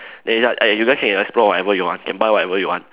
they like eh you guys can explore whatever you want can buy whatever you want